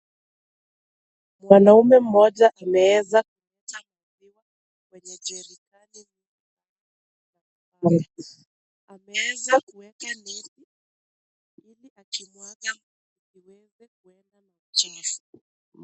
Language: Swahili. Mwanaume mmoja anaeza kufanya